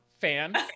fan